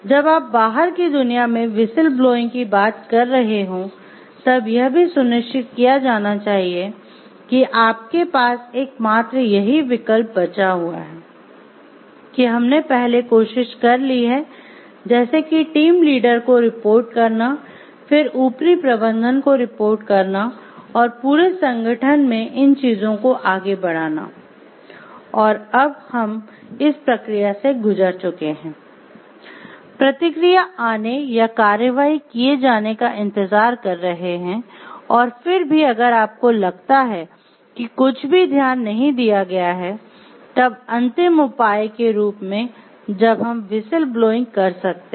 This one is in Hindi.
जब आप बाहर की दुनिया में व्हिसिल ब्लोइंग की बात कर रहे हो तब यह भी सुनिश्चित किया जाना चाहिए कि आपके पास एकमात्र यही विकल्प बचा हुआ है कि हमने पहले कोशिश कर ली है जैसे कि टीम लीडर को रिपोर्ट करना फिर ऊपरी प्रबंधन को रिपोर्ट करना और पूरे संगठन में इन चीजों को आगे बढ़ाना और अब हम इस प्रक्रिया से गुजर चुके हैं प्रतिक्रिया आने या कार्रवाई किए जाने का इंतजार कर रहे हैं और फिर भी अगर आपको लगता है कि कुछ भी ध्यान नहीं दिया गया है तब अंतिम उपाय के रूप में जब हम व्हिसिल ब्लोइंग कर सकते हैं